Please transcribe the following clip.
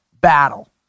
battle